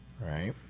Right